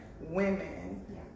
women